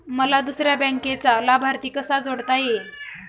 मला दुसऱ्या बँकेचा लाभार्थी कसा जोडता येईल?